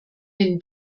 den